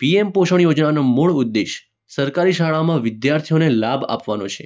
PM Poshan યોજનાનો મૂળ ઉદ્દેશ સરકારી શાળાઓમાં વિદ્યાર્થીઓને લાભ આપવાનો છે